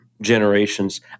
generations